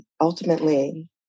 ultimately